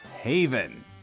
Haven